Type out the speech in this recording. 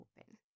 open